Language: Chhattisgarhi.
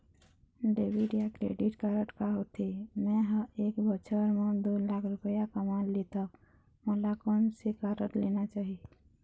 डेबिट या क्रेडिट कारड का होथे, मे ह एक बछर म दो लाख रुपया कमा लेथव मोला कोन से कारड लेना चाही?